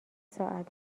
ساعت